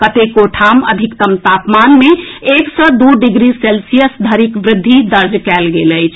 कतेको ठाम अधिकतम तापमान मे एक सँ दू डिग्री सेल्सियस धरिक वृद्धि दर्ज कयल गेल अछि